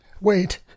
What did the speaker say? Wait